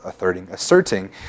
asserting